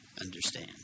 understand